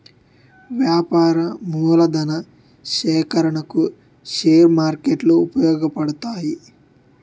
వ్యాపార మూలధన సేకరణకు షేర్ మార్కెట్లు ఉపయోగపడతాయి